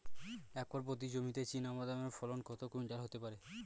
Acre প্রতি জমিতে চীনাবাদাম এর ফলন কত কুইন্টাল হতে পারে?